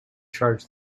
charge